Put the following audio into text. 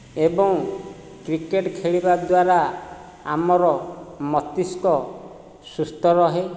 ଏଵଂ କ୍ରିକେଟ୍ ଖେଳିବା ଦ୍ଵାରା ଆମର ମସ୍ତିଷ୍କ ସୁସ୍ଥ ରୁହେ